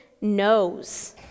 knows